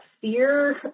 Fear